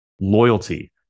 Loyalty